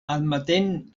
admetent